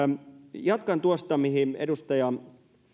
jatkan tuosta mihin edustaja